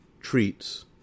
treats